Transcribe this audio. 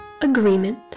Agreement